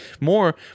more